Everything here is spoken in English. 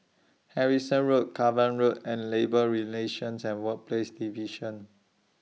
Harrison Road Cavan Road and Labour Relations and Workplaces Division